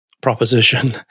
proposition